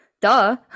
duh